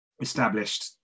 established